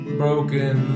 broken